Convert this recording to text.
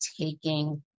taking